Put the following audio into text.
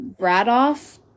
Bradoff